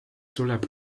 tuleb